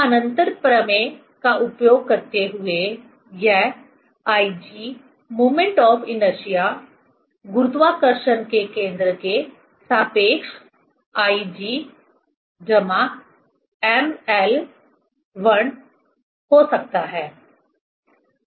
समानांतर प्रमेय का उपयोग करते हुए एक यह IG मोमेंट ऑफ इनर्शिया गुरुत्वाकर्षण के केंद्र के सापेक्ष IG ml2 हो सकता है